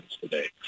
today